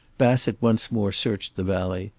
bassett once more searched the valley,